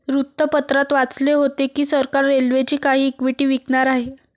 वृत्तपत्रात वाचले होते की सरकार रेल्वेची काही इक्विटी विकणार आहे